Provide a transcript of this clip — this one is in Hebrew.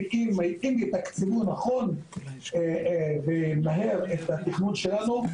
אם יתקצבו נכון ומהר את התכנון שלנו,